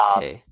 Okay